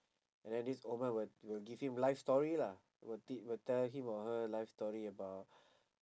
and then this old man will will give him life story lah will teach will tell him or her life story about